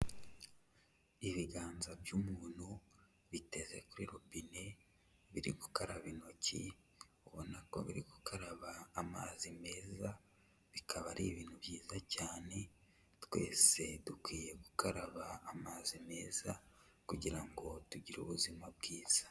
Ibiganza by'umuntu biteze kuri robine, biri gukaraba intoki, ubona ko biri gukaraba amazi meza, bikaba ari ibintu byiza cyane, twese dukwiye gukaraba amazi meza kugira ngo tugire ubuzima bwiza.